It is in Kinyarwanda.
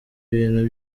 ibintu